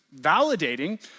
validating